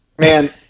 Man